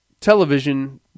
television